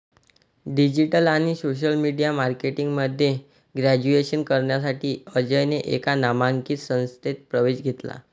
digital आणि social media marketing मध्ये graduation करण्यासाठी अजयने एका नामांकित संस्थेत प्रवेश घेतला